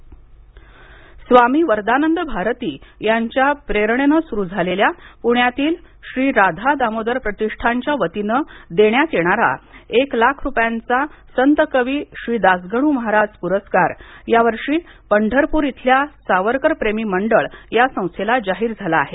दासगण् स्वामी वरदानंदभारती यांच्या प्रेरणेनं सुरू झालेल्या पुण्यातील श्री राधा दामोदर प्रतिष्ठानच्या वतीने देण्यात येणारा एक लाख रुपयांचा संतकवी श्रीदासगणूमहाराज प्रस्कार यावर्षी पंढरपूर इथल्या सावरकरप्रेमी मंडळ या संस्थेला जाहीर झाला आहे